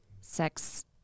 sex